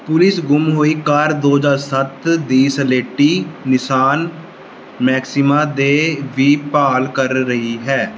police ਗੁੰਮ ਹੋਈ car ਦੋ ਹਜ਼ਾਰ ਸੱਤ ਦੀ ਸਲੇਟੀ ਨਿਸਾਨ ਮੈਕਸਿਮਾ ਦੀ ਵੀ ਭਾਲ ਕਰ ਰਹੀ ਹੈ